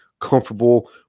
comfortable